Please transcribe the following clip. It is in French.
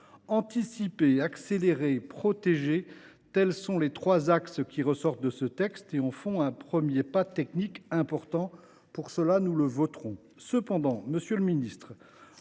Anticiper, accélérer, protéger : tels sont les trois axes qui ressortent de ce texte et en font un premier pas technique important. Pour cette raison, nous le voterons. Cependant, monsieur le ministre,